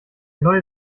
neue